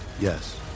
Yes